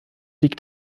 liegt